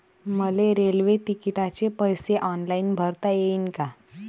मले रेल्वे तिकिटाचे पैसे ऑनलाईन भरता येईन का?